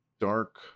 dark